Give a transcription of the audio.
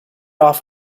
off